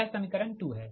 यह समीकरण 2 है